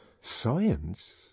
science